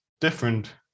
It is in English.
different